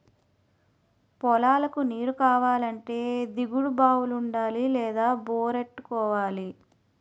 పొలాలకు నీరుకావాలంటే దిగుడు బావులుండాలి లేదా బోరెట్టుకోవాలి